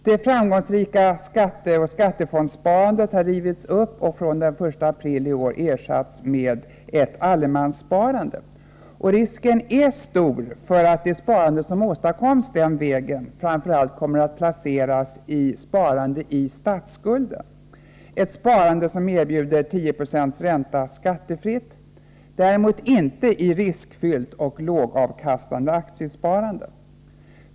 Det framgångsrika skatteoch skattefondssparandet har rivits upp och fr.o.m. den 1 april i år ersatts med ett allemanssparande. Risken är stor för att det sparande som åstadkoms den vägen framför allt kommer att placeras i sparande i statsskulden, som erbjuder 10 96 ränta skattefritt, inte i riskfyllt och lågavkastande aktiesparande.